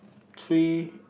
three